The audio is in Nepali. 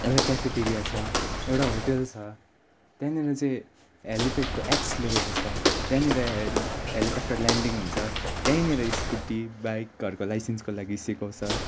एउटा क्याफेटेरिया छ एउटा होटल छ त्यहाँनिर चाहिँ हेलिप्याडको एच लेखेको छ त्यहाँनिर हेली हेलिकोप्टर ल्यान्डिङ हुन्छ त्यहीँनिर स्कुटी बाइकहरूको लाइसेन्सको लागि सिकाउँछ